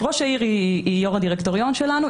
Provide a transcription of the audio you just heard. ראשת העיר היא יו"ר הדירקטוריון שלנו,